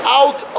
out